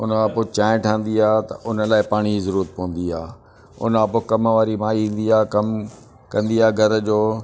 उनखां पोइ चांहिं ठहंदी आहे त उन लाइ पाणीअ जी ज़रूरत पवंदी आहे उनखां पोइ कम वारी माई इंदी आहे कम कंदी आहे घर जो